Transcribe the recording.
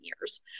years